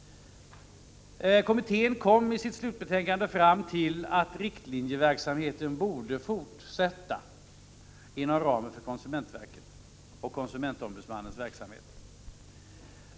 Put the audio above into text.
Kommittén kom i sitt slutbetänkande fram till att riktlinjeverksamheten borde fortsätta inom ramen för konsumentverkets och konsumentombudsmannens verksamhet.